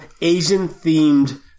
Asian-themed